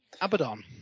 Abaddon